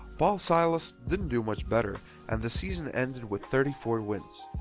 paul sillas didn't do much better and the season ended with thirty four wins.